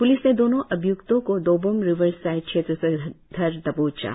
police ने दोनों अभिय्क्तों को दोबोम रिविर साईट क्षेत्र से धर दबोचा